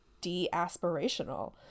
de-aspirational